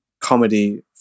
comedy